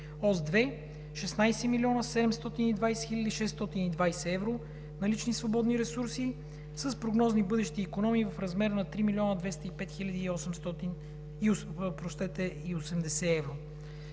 Ос 2 – 16 млн. 720 хил. 620 евро налични свободни ресурси с прогнозни бъдещи икономии в размер на 3 млн. 205 хил. 80 евро;